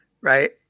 right